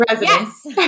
Yes